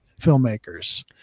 filmmakers